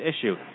issue